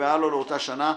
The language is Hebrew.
שנקבעה לו לאותה שנה,